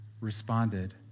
responded